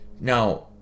Now